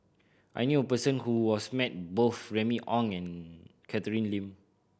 I knew a person who was met both Remy Ong and Catherine Lim